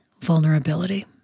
vulnerability